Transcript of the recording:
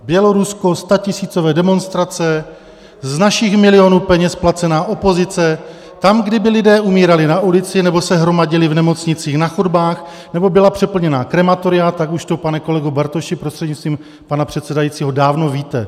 Bělorusko statisícové demonstrace, z našich milionů peněz placená opozice, tam kdyby lidé umírali na ulici nebo se hromadili v nemocnicích na chodbách nebo byla přeplněná krematoria, tak už to, pane kolego Bartoši, prostřednictvím pana předsedajícího, dávno víte.